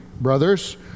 brothers